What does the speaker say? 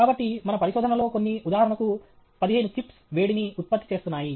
కాబట్టి మన పరిశోధనలో కొన్ని ఉదాహరణకు 15 చిప్స్ వేడిని ఉత్పత్తి చేస్తున్నాయి